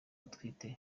atwite